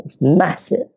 Massive